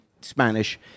Spanish